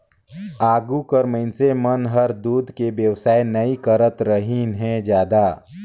आघु कर मइनसे मन हर दूद के बेवसाय नई करतरहिन हें जादा